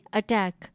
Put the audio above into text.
attack।